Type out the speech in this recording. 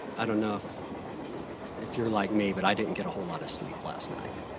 i don't know if if you're like me, but i didn't get a whole lot of sleep last night,